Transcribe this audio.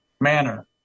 manner